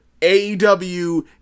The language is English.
AEW